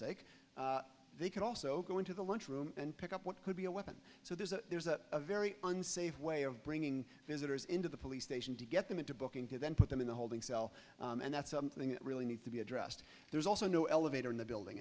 sake they can also go into the lunch room and pick up what could be a weapon so there's a there's a very unsafe way of bringing visitors into the police station to get them into booking to then put them in the holding cell and that's something that really needs to be addressed there's also no elevator in the building